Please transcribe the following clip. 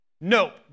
nope